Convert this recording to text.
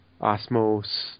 Osmos